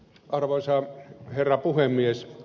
arvoisa herra puhemies